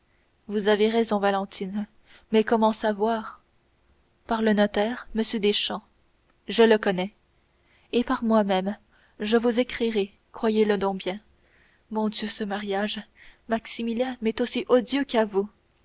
vous avez raison valentine mais comment savoir par le notaire m deschamps je le connais et par moi-même je vous écrirai croyez-le donc bien mon dieu ce mariage maximilien m'est aussi odieux qu'à vous